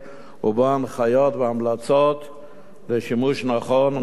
ובו הנחיות והמלצות לשימוש נכון ומושכל